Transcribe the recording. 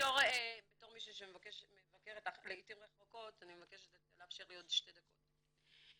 בתור מי שמבקרת לעתים רחוקות אני מבקשת לאפשר לי עוד שתי דקות.